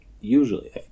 usually